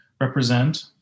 represent